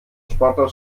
sportler